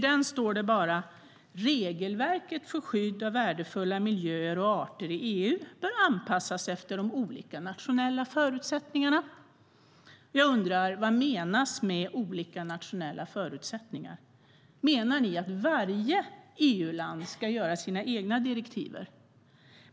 Där står det bara att regelverket för skydd av värdefulla miljöer och arter i EU bör anpassas efter de olika nationella förutsättningarna. Jag undrar vad som menas med "de olika nationella förutsättningarna". Menar ni att varje EU-land ska göra sina egna direktiv?